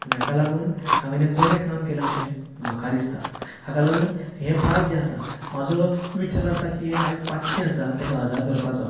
आनी हेका लागुन हांवें हें बरें काम केलां अशें म्हाका दिसता हाका लागून हें बाग जे आसा माजो विटर आसा की आयज पांचशी आसा तेका हजार करपाचो